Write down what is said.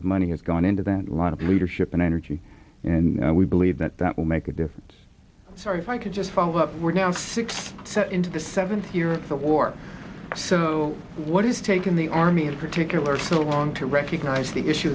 of money has gone into that lot of leadership and energy and we believe that that will make a difference sorry if i could just follow up we're now into the seventh year or so what has taken the army in particular so long to recognize the issue